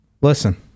Listen